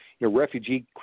Refugee